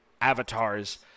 avatars